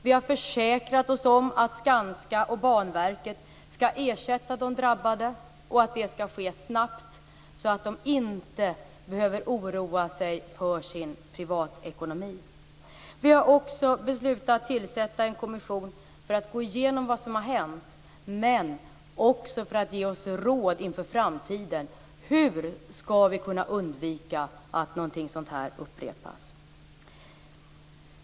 Vi har försäkrat oss om att Skanska och Banverket skall ersätta de drabbade, och att det skall ske snabbt så att de inte behöver oroa sig för sin privatekonomi. Vi har också beslutat tillsätta en kommission för att gå igenom vad som har hänt, men också för att ge oss råd inför framtiden; hur skall vi kunna undvika att någonting sådant här upprepas?